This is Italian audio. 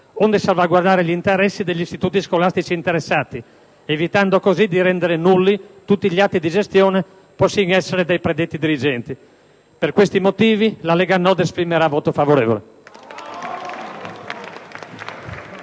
onde salvaguardare gli interessi degli istituti scolastici interessati, evitando così di rendere nulli tutti gli atti di gestione posti in essere dai predetti dirigenti. Per questi motivi la Lega Nord esprimerà un voto favorevole.